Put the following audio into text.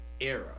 era